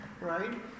right